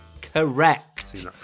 Correct